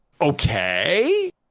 okay